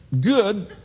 good